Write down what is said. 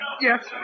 Yes